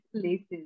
places